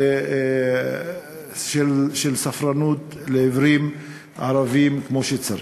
של ספרנות לעיוורים ערבים כמו שצריך.